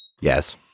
Yes